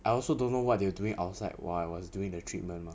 I also don't know what they were doing outside while I was doing the treatment lor